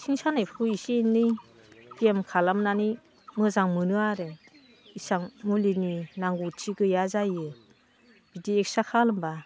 सिं सानायफोरखौ एसे एनै बियाम खालामनानै मोजां मोनो आरो इसां मुलिनि नांगौथि गैया जायो बिदि एक्सारसाइस खालामब्ला